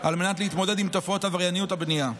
על מנת להתמודד עם תופעות עברייניות הבנייה.